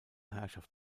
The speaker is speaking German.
herrschaft